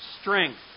strength